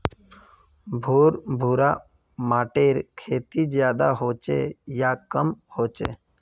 भुर भुरा माटिर खेती ज्यादा होचे या कम होचए?